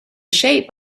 shape